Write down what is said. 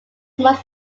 most